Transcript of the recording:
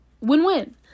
win-win